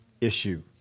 issue